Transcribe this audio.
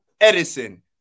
Edison